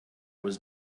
was